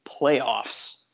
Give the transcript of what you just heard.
playoffs